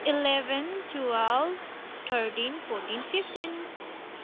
eleven twelve thirteen fourteen fifteen